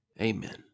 amen